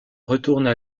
retournent